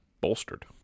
bolstered